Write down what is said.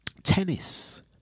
Tennis